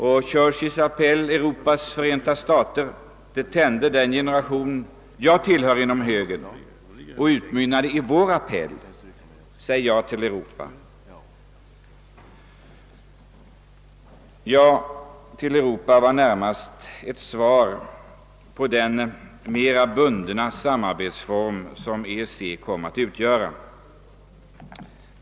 Churchills appell »Europas Förenta stater» tände den generation inom högern som jag tillhör, och detta utmynnade i vår appell: Säg ja till Europa! »Ja till Europa» var närmast ett svar på den mera bundna samarbetsform som EEC kom att utgöra.